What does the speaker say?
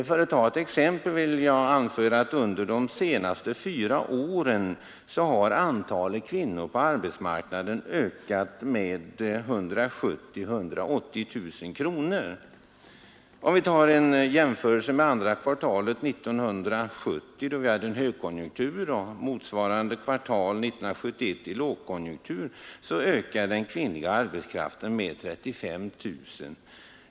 För att ta ett exempel vill jag nämna att under de senaste fyra åren har antalet kvinnor på arbetsmarknaden ökat med 170 000-180 000. Om vi jämför andra kvartalet 1970, då vi hade högkonjunktur, med motsvarande kvartal 1971, då vi hade lågkonjunktur, så ökade den kvinnliga arbetskraften med 35 000.